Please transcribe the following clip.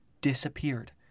Disappeared